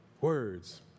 words